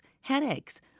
headaches